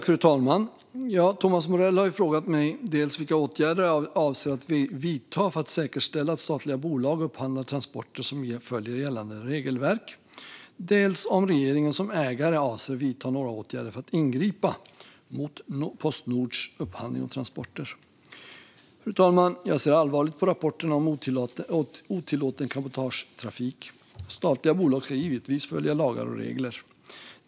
Fru talman! Thomas Morell har frågat mig dels vilka åtgärder jag avser att vidta för att säkerställa att statliga bolag upphandlar transporter som följer gällande regelverk, dels om regeringen som ägare avser att vidta några åtgärder för att ingripa mot Postnords upphandling av transporter. Fru talman! Jag ser allvarligt på rapporterna om otillåten cabotagetrafik. Statliga bolag ska givetvis följa lagar och regler.